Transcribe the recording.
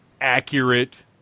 accurate